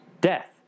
Death